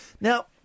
Now